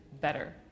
better